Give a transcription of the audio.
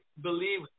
believe